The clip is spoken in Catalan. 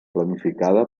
planificada